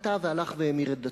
התפתה והלך והמיר את דתו.